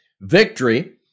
Victory